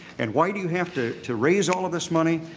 and why do you have to to raise all of this money?